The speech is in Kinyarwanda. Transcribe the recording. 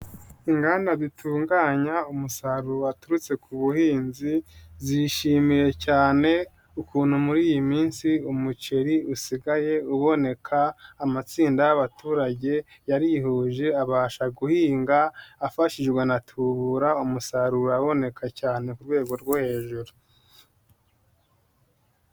Inganda zitunganya umusaruro waturutse ku buhinzi zishimiye cyane ukuntu muri iyi minsi umuceri usigaye uboneka, amatsinda y'abaturage yarihuje abasha guhinga afashijwe na tubura umusaruro uraboneka cyane ku rwego rwo hejuru.